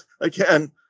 again